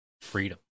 Freedom